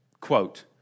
Quote